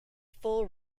full